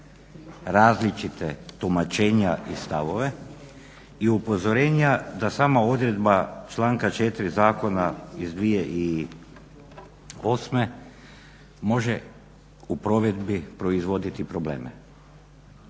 različita tumačenja, i stavove i upozorenja da sama odredba članka 4. zakona iz 2008. može u provedbi proizvoditi probleme.